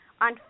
on